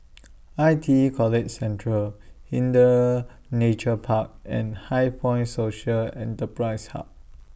I T E College Central Hindhede Nature Park and HighPoint Social Enterprise Hub